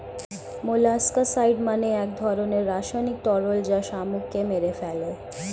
molluscicide মানে এক ধরনের রাসায়নিক তরল যা শামুককে মেরে ফেলে